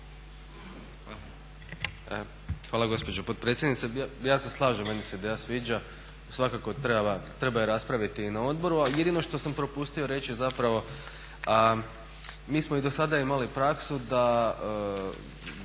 Hvala gospođo potpredsjednice. Ja se slažem, meni se ideja sviđa i svakako treba je raspraviti i na odboru. Ali jedino što sam propustio reći zapravo, mi smo i dosada imali praksu da,